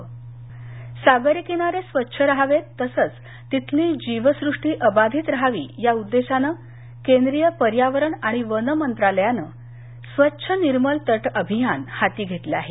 किनारा स्वच्छता सागरी किनारे स्वच्छ राहावेत तसंच इथली जीवसृष्टी अबाधित रहावी या उद्देशानं केंद्रीय पर्यावरण आणि वन मंत्रालयानं स्वच्छ निर्मल तट अभियान हाती घेतलं आहे